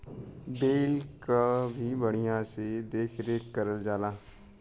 बैल क भी बढ़िया से देख रेख करल जाला